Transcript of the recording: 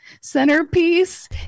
centerpiece